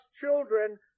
children